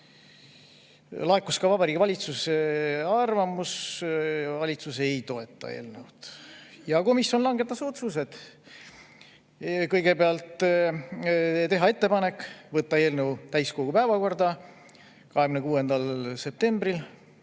Laekus ka Vabariigi Valitsuse arvamus: valitsus ei toeta eelnõu. Komisjon langetas otsused. Kõigepealt, teha ettepanek võtta eelnõu täiskogu päevakorda 26. septembril